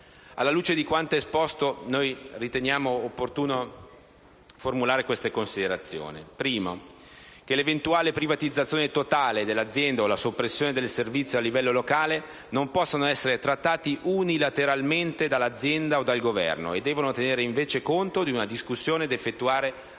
Alla luce di quanto esposto, riteniamo opportuno formulare queste considerazioni. In primo luogo, l'eventuale privatizzazione totale dell'azienda o la soppressione del servizio a livello locale non possono essere trattati unilateralmente dall'azienda o dal Governo, ma devono tenere invece conto di una discussione da effettuare a livello